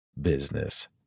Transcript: business